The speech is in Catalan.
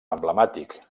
emblemàtic